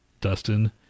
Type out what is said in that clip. Dustin